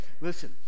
Listen